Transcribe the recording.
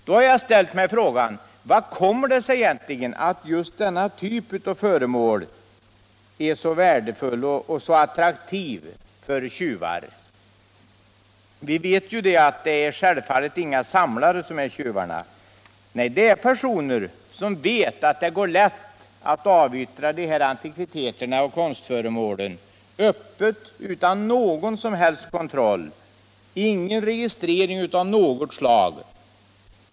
Då har jag ställt mig frågan: Hur kommer det sig egentligen att just denna typ av föremål är så värdefulla och så attraktiva för tjuvar? Vi vet att det självfallet inte är några samlare som är tjuvar, utan det är personer som vet att det går lätt att avyttra de här antikviteterna och konstföremålen, öppet och utan någon som helst kontroll eller registrering av något slag.